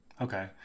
okay